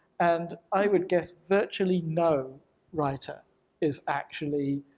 and i would guess virtually no writer is actually